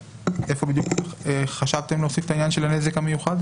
איפה בדיוק חשבתם להוסיף את העניין של הנזק המיוחד?